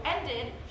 ended